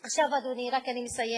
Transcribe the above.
עכשיו, אדוני, רק אני מסיימת,